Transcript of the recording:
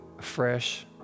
fresh